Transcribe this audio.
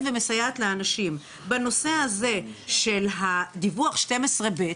ומסייעת לאנשים בנושא הזה של דיווח 12ב',